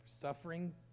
suffering